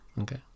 Okay